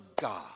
God